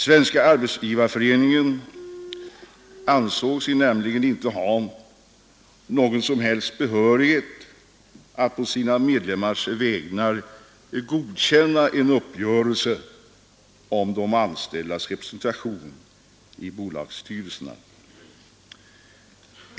Svenska arbetsgivareföreningen ansåg sig nämligen inte ha någon som helst behörighet att på sina medlemmars vägnar godkänna en uppgörelse om de anställdas representation i bolagsstyrelserna.